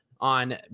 on